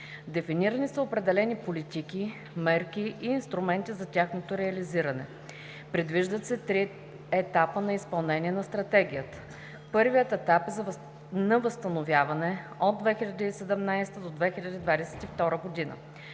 Дефинирани са определени политики, мерки и инструменти за тяхното реализиране. Предвиждат се три етапа на изпълнение на Стратегията. Първият етап е етап на възстановяване от 2017-а до 2022 г.